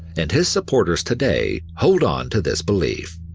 and his supporters today hold on to this belief.